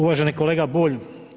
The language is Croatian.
Uvaženi kolega Bulj.